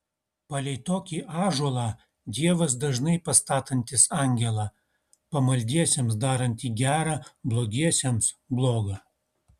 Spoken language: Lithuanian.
palei tokį ąžuolą dievas dažnai pastatantis angelą pamaldiesiems darantį gera blogiesiems bloga